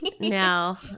now